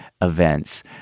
events